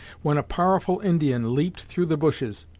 when a powerful indian leaped through the bushes,